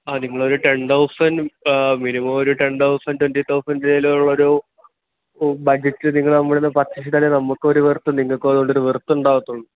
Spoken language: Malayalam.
ആ നിങ്ങളൊരു ടെൻ തൗസൻഡ് മിനിമം ഒരു ടെൻ തൗസൻഡ് ട്വൻറ്റി തൗസൻഡ് ഇതിൽ ഉള്ള ഒരു ബഡ്ജറ്റ് നിങ്ങൾ നമ്മളുടെയിൽനിന്ന് പർചേയ്സ് ചെയ്താലേ നമുക്കൊരു വർത്തും നിങ്ങൾക്കും അത് കൊണ്ടൊരു വർത്ത് ഉണ്ടാവത്തുള്ളൂ